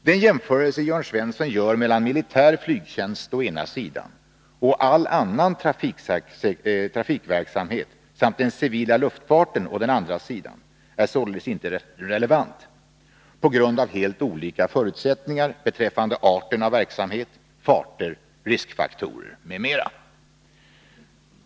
Den jämförelse Jörn Svensson gör mellan militär flygtjänst å ena sidan och all annan trafikverksamhet samt den civila luftfarten å andra sidan är således inte relevant, på grund av helt olika förutsättningar beträffande arten av verksamhet, farter, riskfaktorer m.m.